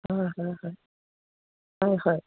হয় হয় হয় হয় হয়